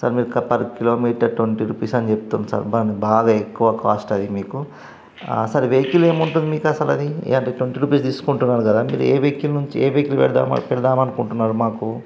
sir మీరు per kilometre twenty rupees అని చెప్తుండ్రు సార్ బాగా ఎక్కువ కాస్ట్ అది మీకు సార్ వెహికిల్ ఏమి ఉంటుంది మీకు అసలు అది ఏ అంటే ట్వంటీ రూపీస్ తీసుకుంటున్నారు కదా మీరు ఏ వెహికల్ నుంచి ఏ వెహికల్ పెడదాం అనుకుంటున్నారు మాకు